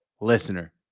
listener